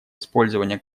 использования